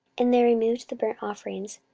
and they removed the burnt offerings,